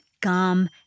gum